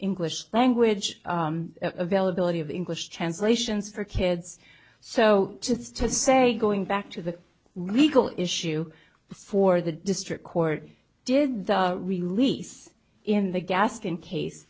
english language availability of english translations for kids so just to say going back to the legal issue for the district court did release in the gascon case